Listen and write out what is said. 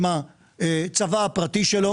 עם הצבא הפרטי שלו